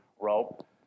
rope